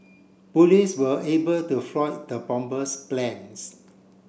police were able to foil the bomber's plans